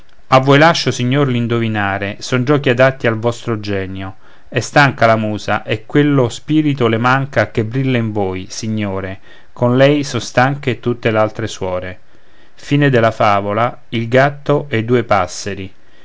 a voi lascio signor l'indovinare son giochi adatti al vostro genio è stanca la musa e quello spirito le manca che brilla in voi signore con lei son stanche tutte l'altre suore